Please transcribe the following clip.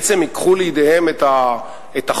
בעצם ייקחו לידיהם את החוק,